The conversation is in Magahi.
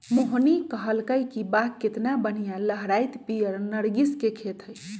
मोहिनी कहलकई कि वाह केतना बनिहा लहराईत पीयर नर्गिस के खेत हई